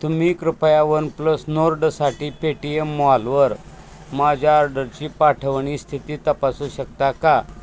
तुम्ही कृपया OnePlus नोर्डसाठी पेटीएम मॉलवर माझ्या ऑर्डरची पाठवणी स्थिती तपासू शकता का